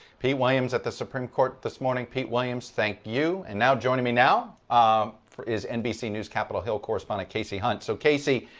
pete williams at the supreme court this morning. pete williams, thank you. and now joining me now um is nbc news capitol hill correspondent kasie hunt. so kasiie,